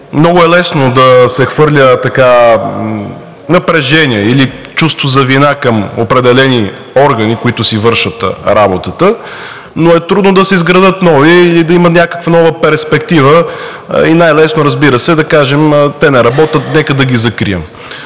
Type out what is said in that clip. много е лесно да се хвърля напрежение или чувство за вина към определени органи, които си вършат работата, но е трудно да се изградят нови или да има нова перспектива и най-лесно е, разбира се, да кажем: те не работят, нека да ги закрием.